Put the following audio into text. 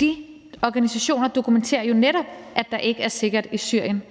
De organisationer dokumenterer jo netop, at der ikke er sikkert i Syrien,